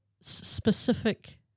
specific